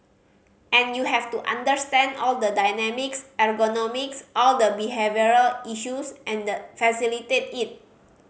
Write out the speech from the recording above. and you have to understand all the dynamics ergonomics all the behavioural issues and facilitate it